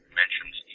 mentions